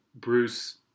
Bruce